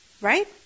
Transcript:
Right